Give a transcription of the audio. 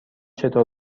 چطور